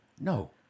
No